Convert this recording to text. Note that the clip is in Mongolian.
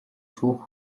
шүүх